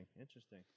Interesting